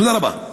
תודה רבה.